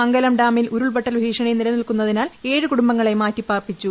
മംഗലം ഡാമിൽ ഉരുൾപൊട്ടൽ ഭീഷണി നിലനിൽക്കുന്നതിനാൽ ഏഴു കുടുംബങ്ങളെ മാറ്റി പാർപ്പിച്ചു